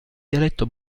dialetto